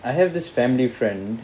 I have this family friend